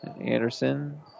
Anderson